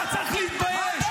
אתה צריך להתבייש.